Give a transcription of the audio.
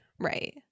right